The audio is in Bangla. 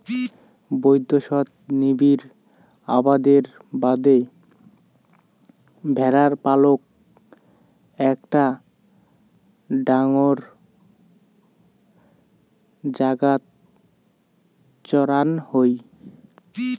বৈদ্যাশত নিবিড় আবাদের বাদে ভ্যাড়ার পালক একটা ডাঙর জাগাত চড়ান হই